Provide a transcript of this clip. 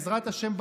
בעזרת השם,